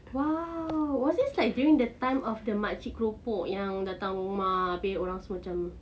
!wow! was this like during the time of the makcik keropok yang datang rumah abeh orang semua macam